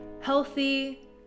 healthy